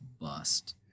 bust